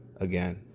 again